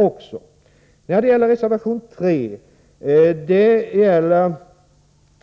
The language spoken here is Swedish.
Reservation 3 gäller